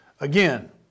Again